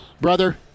Brother